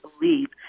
believe